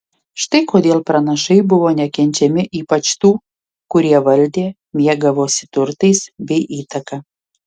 štai kodėl pranašai buvo nekenčiami ypač tų kurie valdė mėgavosi turtais bei įtaka